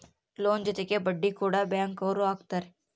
loan ಜೊತೆಗೆ ಬಡ್ಡಿ ಕೂಡ ಬ್ಯಾಂಕ್ ಅವ್ರು ಹಾಕ್ತಾರೆ